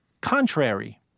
contrary